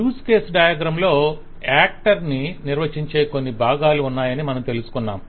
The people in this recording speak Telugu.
యూజ్ కేస్ డయాగ్రమ్ లో యాక్టర్ ని నిర్వచించే కొన్ని భాగాలు ఉన్నాయని మనం తెలుసుకొన్నాం